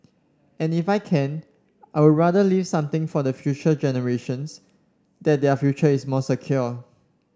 and if I can I would rather leave something for the future generations that their future is more secure